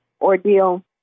ordeal